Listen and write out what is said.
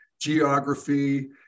geography